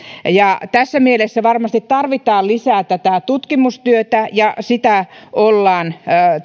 tässä mielessä varmasti tarvitaan lisää tätä tutkimustyötä ja sitä ollaan